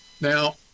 Now